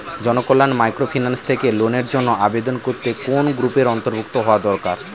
Janakalyan microfinance থেকে লোনের জন্য আবেদন করতে কোন গ্রুপের অন্তর্ভুক্ত হওয়া দরকার?